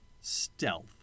Stealth